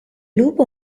lupo